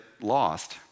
lost